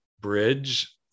bridge